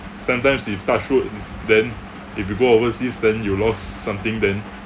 sometimes if touch wood then if you go overseas then you lost something then